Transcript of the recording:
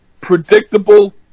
predictable